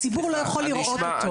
הציבור לא יכול לראות אותו.